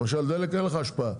למשל דלק אין לך השפעה,